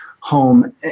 home